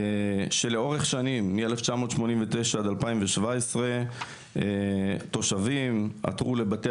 שלאורך שנים מ-1989 עד 2017 תושבים עתרו לבתי